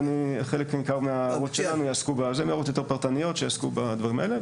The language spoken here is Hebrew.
חלק ניכר מההערות שלנו הן הערות יותר פרטניות שיעסקו בדברים האלה,